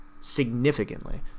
significantly